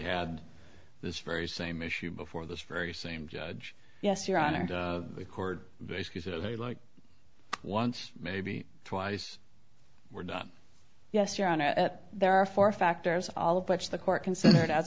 had this very same issue before this very same judge yes your honor the record basically says they like once maybe twice we're done yes your honor there are four factors all of which the court considered as